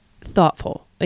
thoughtful